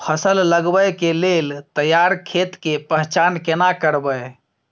फसल लगबै के लेल तैयार खेत के पहचान केना करबै?